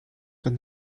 kan